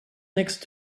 next